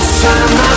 time